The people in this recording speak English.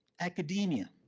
academia,